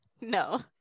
No